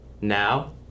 now